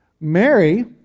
Mary